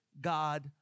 God